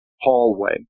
hallway